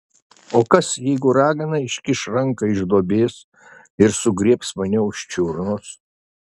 o kas jeigu ragana iškiš ranką iš duobės ir sugriebs mane už čiurnos